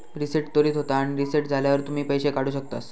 reset त्वरीत होता आणि रीसेट झाल्यावर तुम्ही पैशे काढु शकतास